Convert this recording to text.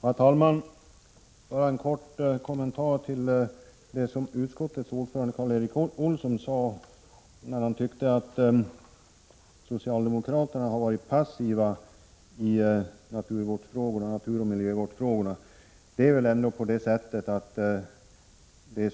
Herr talman! Bara en kort kommentar till det som utskottets ordförande Karl Erik Olsson sade. Han tyckte att socialdemokraterna har varit passiva i naturoch miljövårdsfrågorna. Det är ändå på det sättet att